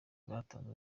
batanzwe